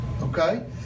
okay